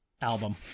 album